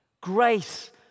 Grace